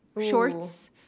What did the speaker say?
shorts